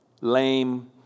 lame